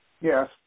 Yes